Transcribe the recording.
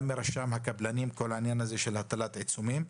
גם מרשם הקבלנים בכל עניין הטלת עיצומים.